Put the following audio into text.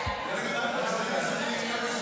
אני קורא את הצעת החוק,